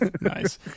Nice